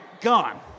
gone